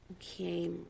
Okay